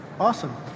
Awesome